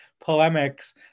polemics